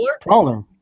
Prowler